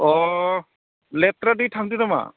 अ लेथ्रा दै थांदो नामा